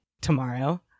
tomorrow